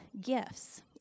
gifts